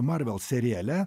marvel seriale